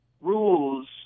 rules